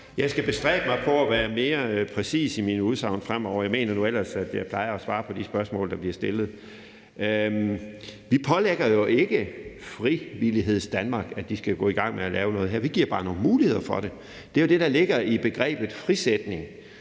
Jeg skal bestræbe mig på at være mere præcis i mine udsagn fremover. Jeg mener nu ellers, at jeg plejer at svare på de spørgsmål, der bliver stillet. Vi pålægger jo ikke Frivillighedsdanmark, at de skal gå i gang med at lave noget her. Vi giver bare nogle muligheder for det. Det er jo det, der ligger i begrebet frisætning: